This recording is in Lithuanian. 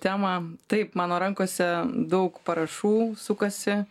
temą taip mano rankose daug parašų sukasi